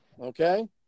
Okay